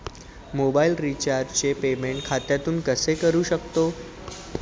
Mobile रिचार्जचे payment खात्यातून कसे करू शकतो?